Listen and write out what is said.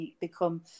become